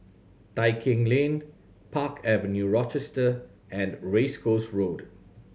Tai Keng Lane Park Avenue Rochester and Race Course Road